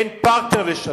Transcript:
אין פרטנר לשלום.